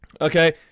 Okay